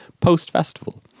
post-festival